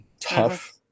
tough